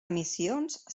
emissions